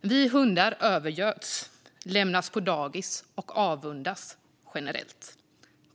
Vi hundar övergöds, lämnas på dagis och avundas generellt.